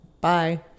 Bye